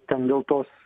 ten dėl tos